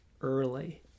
early